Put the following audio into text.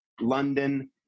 London